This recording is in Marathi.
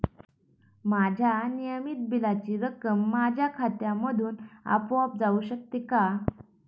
माझ्या नियमित बिलाची रक्कम माझ्या खात्यामधून आपोआप जाऊ शकते का?